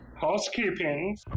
housekeeping